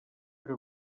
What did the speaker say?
que